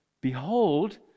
behold